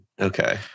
Okay